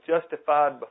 justified